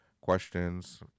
questions